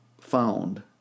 found